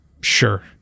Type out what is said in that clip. Sure